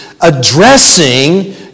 addressing